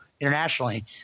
internationally